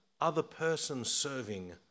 other-person-serving